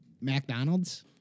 McDonald's